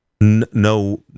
No